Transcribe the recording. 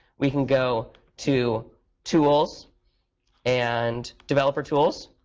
we can go to tools and developer tools.